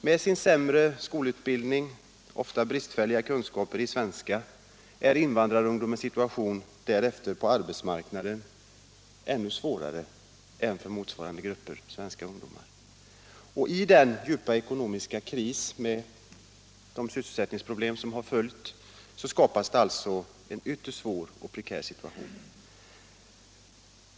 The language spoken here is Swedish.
Med sämre skolutbildning och ofta bristfälliga kunskaper i svenska har invandrarungdomen därefter en ännu svårare situation på arbetsmarknaden än motsvarande grupp& svenska ungdomar. I den djupa ekonomiska krisen med åtföljande sysselsättningsproblem blir det alltså en ytterst prekär situation.